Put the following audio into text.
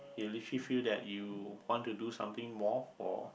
you literally feel that you want to do something more for